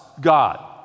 God